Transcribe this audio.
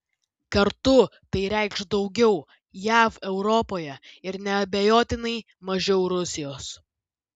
kartu tai reikš daugiau jav europoje ir neabejotinai mažiau rusijos